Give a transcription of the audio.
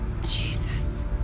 Jesus